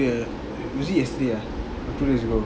ya really uh was it yesterday ah or two days ago